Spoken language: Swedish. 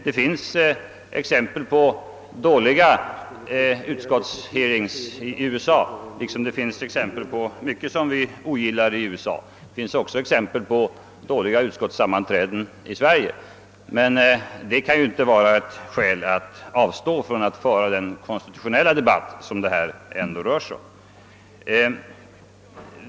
Det finns exempel på dåliga utskottshearings i USA liksom det finns annat som vi ogillar där, men det finns också exempel på dåliga utskottssammanträden i Sverige. Detta kan dock inte vara ett skäl att avstå från att föra den konstitutionella debatt som det här ändå är fråga om.